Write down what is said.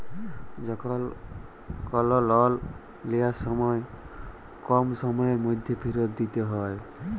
যখল কল লল লিয়ার সময় কম সময়ের ম্যধে ফিরত দিইতে হ্যয়